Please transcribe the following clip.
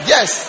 Yes